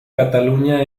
cataluña